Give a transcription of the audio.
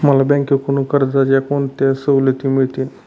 मला बँकेकडून कर्जाच्या कोणत्या सवलती मिळतील?